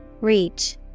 Reach